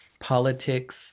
politics